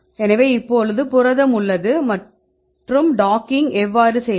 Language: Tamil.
எனவே இப்போது புரதம் உள்ளது மற்றும் டாக்கிங் எவ்வாறு செய்வது